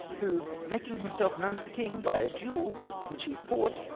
who, making himself known to the king by a duel which he fought,